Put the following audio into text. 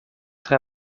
tre